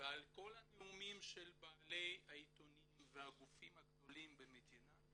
ועל כל הנאומים של בעלי העיתונים והגופים הגדולים במדינה,